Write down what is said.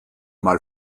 mal